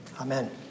amen